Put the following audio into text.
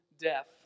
death